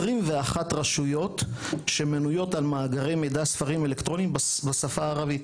יש כ-21 רשויות שמנויות על מאגרי מידע ספרים אלקטרוניים בשפה הערבית.